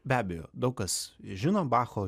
be abejo daug kas žino bacho